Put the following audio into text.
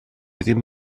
ddim